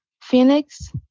Phoenix